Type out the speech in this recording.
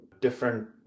different